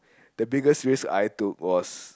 the biggest risk I took was